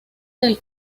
del